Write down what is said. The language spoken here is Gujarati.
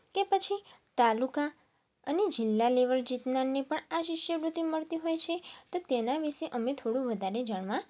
કે પછી તાલુકા અને જિલ્લા લેવલ જીતનારને પણ આ શિષ્યવૃત્તિ મળતી હોય છે તો તેના વિશે અમે થોડું વધારે જાણવા